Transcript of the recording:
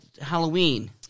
Halloween